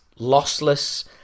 lossless